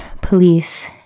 police